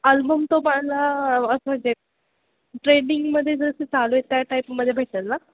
album तो मला असं जे ट्रेंडिंगमध्ये जसं चालू आहे त्या टाईपमध्ये भेटेल ना